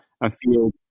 afield